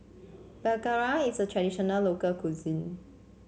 belacan is a traditional local cuisine